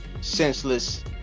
senseless